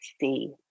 see